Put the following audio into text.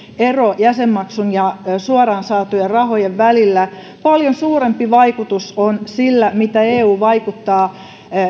ero jäsenmaksun ja suoraan saatujen rahojen välillä paljon suurempi vaikutus on sillä miten eu vaikuttaa